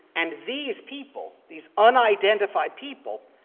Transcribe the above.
and these people, these unidentified people,